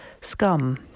scum